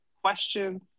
question